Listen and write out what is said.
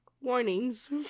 warnings